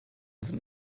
sind